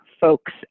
folks